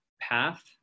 path